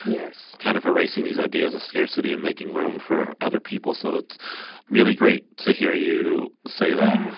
yes. kind of a racing these ideas of scarcity and making room for other people so it's really great to hear you say that.